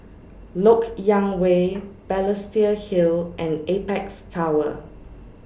Lok Yang Way Balestier Hill and Apex Tower